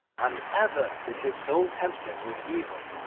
and ever did his soul tempt him with evil,